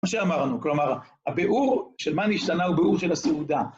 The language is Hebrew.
כמו שאמרנו, כלומר, הביאור של מה נשתנה הוא ביאור של הסעודה.